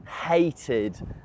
hated